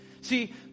see